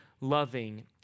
loving